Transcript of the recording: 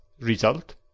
Result